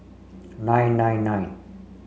nine nine nine